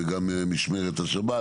גם משמרת השבת